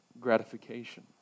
gratification